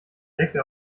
decke